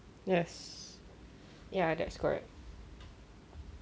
yes ya that's correct